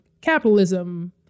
capitalism